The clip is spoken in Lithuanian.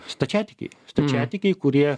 stačiatikiai stačiatikiai kurie